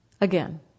again